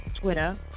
Twitter